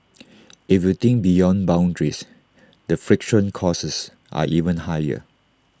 if you think beyond boundaries the friction causes are even higher